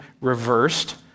reversed